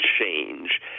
change